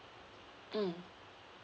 mm